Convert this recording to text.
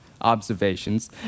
observations